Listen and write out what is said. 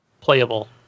playable